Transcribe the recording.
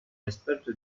esperto